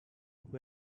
who